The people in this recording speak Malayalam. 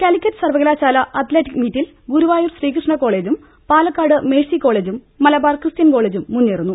കലിക്കറ്റ് സർവ്വകലാശാല അത്ലറ്റിക് മീറ്റിൽ ഗുരുവായൂർ ശ്രീകൃഷ്ണ കോളജും പാലക്കാട് മേഴ്സി കോളജും മല ബാർ ക്രിസ്ത്യൻകോളജും മുന്നേറുന്നു